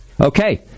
okay